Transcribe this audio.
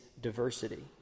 diversity